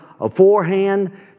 aforehand